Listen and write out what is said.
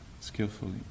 skillfully